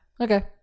Okay